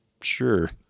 Sure